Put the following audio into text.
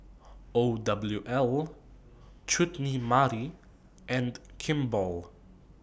O W L Chutney Mary and Kimball